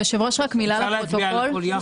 אז